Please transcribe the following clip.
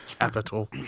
Capital